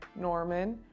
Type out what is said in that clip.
Norman